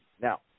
now